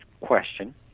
question